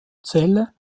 zelle